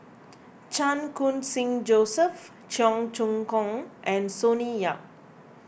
Chan Khun Sing Joseph Cheong Choong Kong and Sonny Yap